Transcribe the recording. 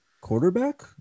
quarterback